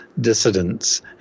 dissidents